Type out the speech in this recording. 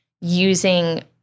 using